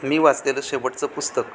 मी वाचलेलं शेवटचं पुस्तक